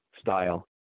style